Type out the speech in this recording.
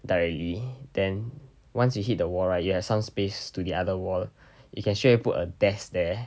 directly then once you hit the wall right you have some space to the other wall you can straightaway put a desk there